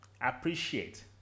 Appreciate